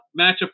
matchup